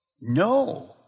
No